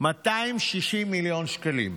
260 מיליון שקלים,